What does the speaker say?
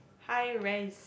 hi rise